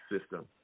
system